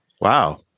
Wow